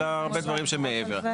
אלא הרבה דברים שהם מעבר.